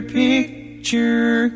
picture